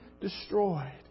destroyed